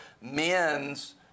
men's